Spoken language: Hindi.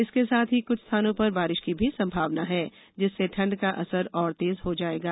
इसके साथ ही कुछ स्थानों पर बारिश की भी संभावना है जिससे ठंड का असर ओर तेज हो जाएगा